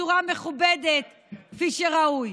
בצורה מכובדת, כפי שראוי.